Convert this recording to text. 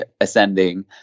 ascending